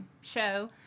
show